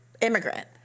immigrant